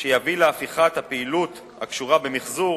שיביא להפיכת הפעילות הקשורה במיחזור